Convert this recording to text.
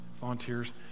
volunteers